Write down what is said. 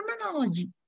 terminology